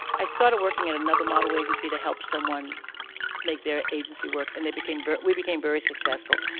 i started working at another model agency to help someone make their agency work and they became very we became very successful.